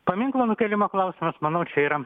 paminklo nukėlimo klausimas manau čia yra